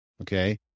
okay